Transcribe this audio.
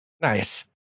Nice